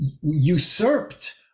usurped